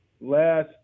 last –